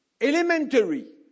elementary